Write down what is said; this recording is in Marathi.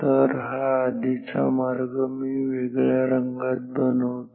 तर हा आधीचा मार्ग मी वेगळ्या रंगात बनवतो